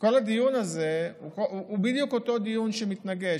כל הדיון הזה הוא בדיוק אותו דיון שמתנגש.